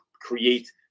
create